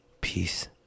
Peace